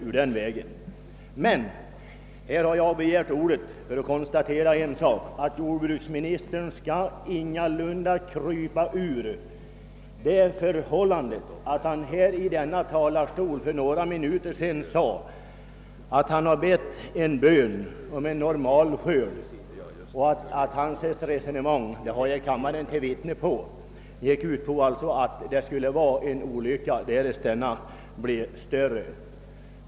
Jag har begärt ordet för att säga att jordbruksministern ingalunda skall försöka komma ifrån det förhållandet att han från denna talarstol för några minuter sedan sade att han bett en bön om en normalskörd. Hans resonemang — och det har jag kammaren till vittne på — gick ut på att det skulle vara en olycka om skörden blev större.